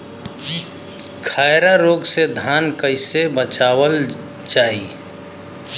खैरा रोग से धान कईसे बचावल जाई?